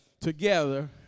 together